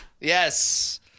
Yes